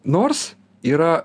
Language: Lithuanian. nors yra